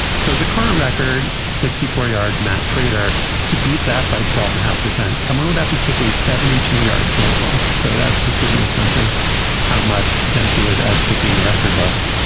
so the current record. sixty four yards. matt prater to beat that by twelve and a half percent, someone would have to kick a seventy two yard field goal. so that does give you a sense of how much dempsey was out kicking the record books.